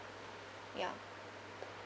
ya